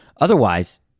Otherwise